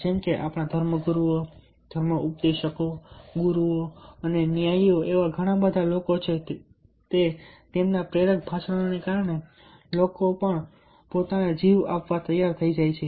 જેમકે આપણા ધર્મગુરુઓ ધર્મ ઉપદેશકો ગુરુઓ અને ન્યાયી એવા ઘણા બધા છે તેમના પ્રેરક ભાષણોને કારણે લોકો પણ પોતાનો જીવ આપવા તૈયાર થઈ જાય છે